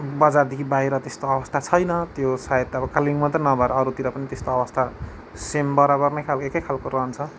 बजारदेखि बाहिर त्यस्तो अवस्था छैन त्यो सायद अब कालिम्पोङमा मात्रै नभएर अरूतिर पनि त्यस्तो अवस्था सेम बराबर नेै खाल एकै खालको रहन्छ